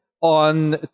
on